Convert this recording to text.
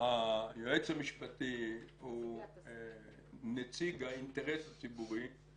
היועץ המשפטי הוא נציג האינטרס הציבורי,